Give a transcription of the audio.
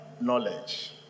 knowledge